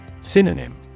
Synonym